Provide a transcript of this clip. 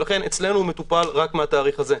ולכן אצלנו הוא מטופל רק מהתאריך הזה.